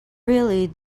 really